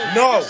no